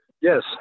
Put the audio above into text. Yes